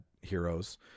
heroes